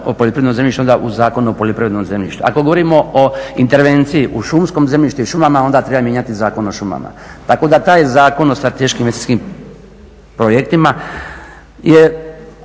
o poljoprivrednom zemljištu onda u Zakon o poljoprivrednom zemljištu. Ako govorimo o intervenciji u šumskom zemljištu i šumama onda treba mijenjati Zakon o šumama. Tako da taj Zakon o strateškim investicijskim projektima je